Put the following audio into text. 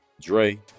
Dre